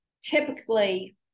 typically